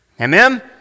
amen